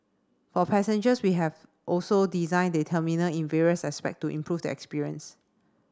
for passengers we have also designed the terminal in various aspect to improve the experience